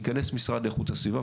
ייכנס המשרד לאיכות הסביבה,